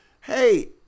hey